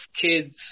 kids